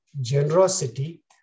generosity